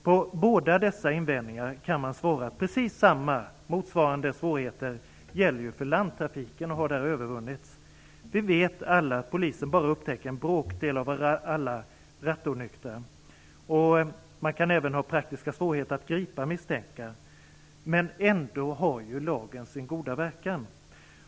På båda dessa invändningar kan man svara att precis samma svårigheter gäller för landtrafiken och har där övervunnits. Vi vet alla att polisen bara upptäcker en bråkdel av alla rattonyktra, och man kan även ha praktiska svårigheter att gripa misstänkta. Ändå har lagen sin goda verkan.